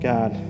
God